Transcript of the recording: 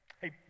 Hey